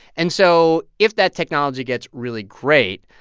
and so if that technology gets really great,